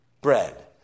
bread